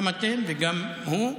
גם אתם וגם הוא.